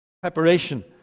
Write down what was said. Preparation